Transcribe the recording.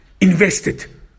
invested